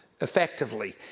effectively